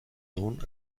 sohn